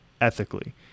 ethically